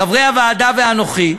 חברי הוועדה ואנוכי.